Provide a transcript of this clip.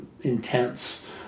intense